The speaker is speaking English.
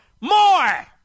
More